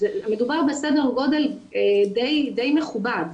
מדובר בסדר גודל די מכובד.